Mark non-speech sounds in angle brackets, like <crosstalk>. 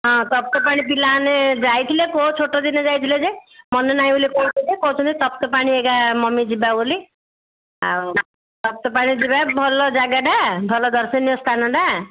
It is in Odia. ହଁ ତପ୍ତପାଣି ଥିଲା ଆମେ ଯାଇଥିଲେ କେଉଁ ଛୋଟ ଦିନେ ଆମେ ଯାଇଥିଲେ ଯେ ମନେ ନାହିଁ <unintelligible> କହୁଥିଲେ ତପ୍ତପାଣି ଏକା ମମି ଯିବା ବୋଲି ଆଉ ତପ୍ତପାଣି ଯିବା ଭଲ ଜାଗାଟା ଭଲ ଦର୍ଶନୀୟ ସ୍ଥାନଟା